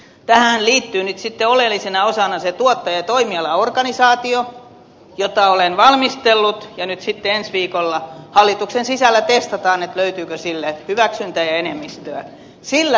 tähänhän liittyy nyt sitten oleellisena osana se tuottajatoimiala organisaatio jota olen valmistellut ja nyt sitten ensi viikolla hallituksen sisällä testataan löytyykö sille hyväksyntä ja enemmistö